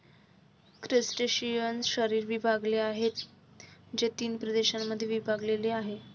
क्रस्टेशियन्सचे शरीर विभागलेले आहे, जे तीन प्रदेशांमध्ये विभागलेले आहे